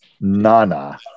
Nana